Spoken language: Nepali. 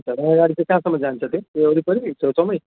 गाडी चाहिँ कहाँसम्म जान्छ त्यो त्यहीँ वरिपरि छेउछाउमै